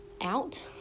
out